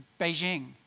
Beijing